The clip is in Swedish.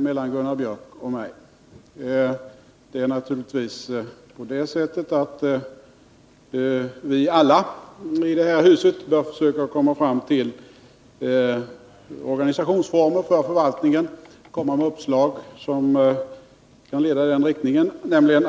Vi bör alla här i huset försöka komma med förslag till organisationsformer för förvaltningen som kan leda till